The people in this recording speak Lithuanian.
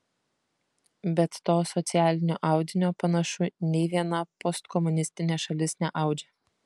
bet to socialinio audinio panašu nei viena postkomunistinė šalis neaudžia